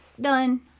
done